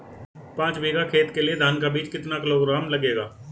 पाँच बीघा खेत के लिये धान का बीज कितना किलोग्राम लगेगा?